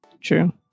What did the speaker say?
True